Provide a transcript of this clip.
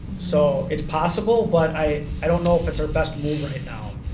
so it's possible, but i i don't know if it's our best move right now.